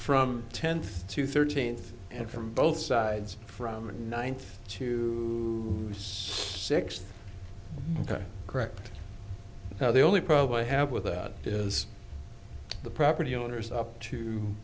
from tenth to thirteenth and from both sides from the ninth to use six correct now the only problem i have with that is the property owners up to